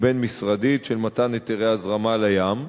בין-משרדית של מתן היתרי הזרמה לים,